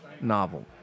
novel